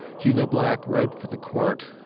hugo black wrote for the court, ah,